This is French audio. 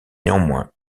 néanmoins